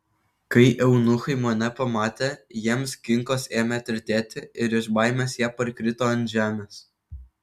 kai eunuchai mane pamatė jiems kinkos ėmė tirtėti ir iš baimės jie parkrito ant žemės